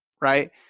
right